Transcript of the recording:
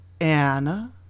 Anna